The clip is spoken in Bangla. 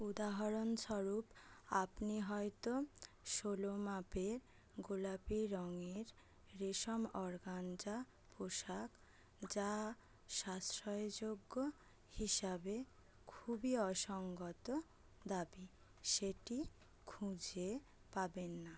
উদাহরণ স্বরূপ আপনি হয়তো ষোলো মাপের গোলাপি রঙের রেশম অর্গানজা পোশাক যা সাশ্রয়যোগ্য হিসাবে খুবই অসংগত দাবি সেটি খুঁজে পাবেন না